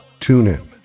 TuneIn